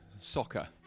soccer